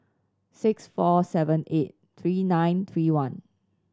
six four seven eight three nine three one